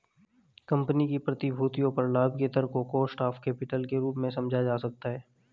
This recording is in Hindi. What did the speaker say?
कंपनी की प्रतिभूतियों पर लाभ के दर को कॉस्ट ऑफ कैपिटल के रूप में समझा जा सकता है